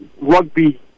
rugby